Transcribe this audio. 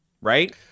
right